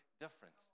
different